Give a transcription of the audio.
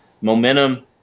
momentum